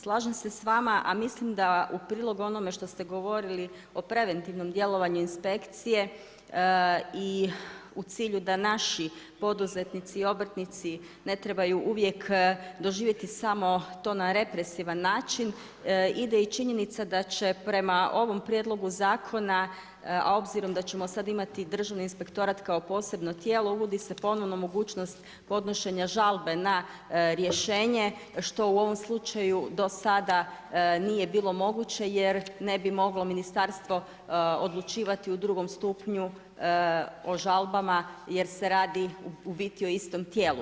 Slažem se s vama, a mislim da u prilog onome što ste govorili o preventivnom djelovanju inspekcije, i u cilju da naši poduzetnici i obrtnici ne trebaju uvijek doživjeti samo to na represivan način ide i činjenica da će prema ovom Prijedlogu zakona, a obzirom da ćemo sad imati Državni inspektorat kao posebno tijelo, uvodi se ponovno mogućnost podnošenja žalbe na rješenje, što u ovom slučaju do sada nije bilo moguće jer ne bi moglo Ministarstvo odlučivati u drugom stupnju o žalbama jer se radi u biti o istom tijelu.